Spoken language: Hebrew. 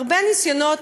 הרבה ניסיונות,